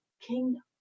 kingdom